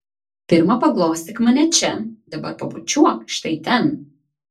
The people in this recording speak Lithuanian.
pirma paglostyk mane čia dabar pabučiuok štai ten